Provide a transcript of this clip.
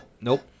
nope